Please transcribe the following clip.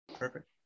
Perfect